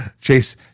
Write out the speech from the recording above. Chase